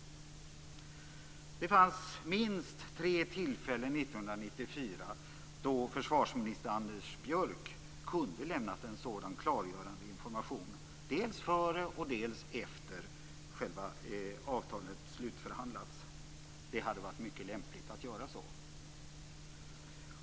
Det fanns minst tre tillfällen 1994 då försvarsminister Anders Björck kunde ha lämnat en sådan klargörande information, dels före, dels efter det att själva avtalet slutförhandlats. Det hade varit mycket lämpligt att göra så.